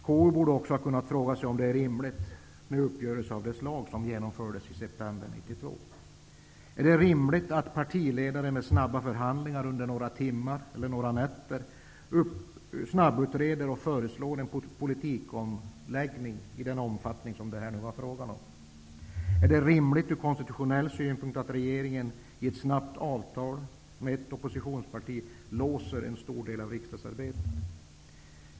KU borde också ha kunnat fråga sig om det är rimligt med uppgörelser av det slag som genomfördes i september 1992. Är det rimligt att partiledare med snabba förhandlingar under några timmar eller några nätter snabbutreder och föreslår en politikomläggning i den omfattning som det här var fråga om? Är det rimligt ur konstitutionell synpunkt att regeringen i ett snabbt ingånget avtal med ett oppositionsparti låser en stor del av riksdagsarbetet?